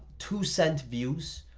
two sent views,